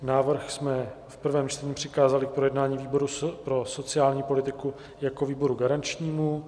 Návrh jsme v prvém čtení přikázali k projednání výboru pro sociální politiku jako výboru garančnímu.